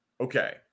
okay